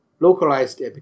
Localized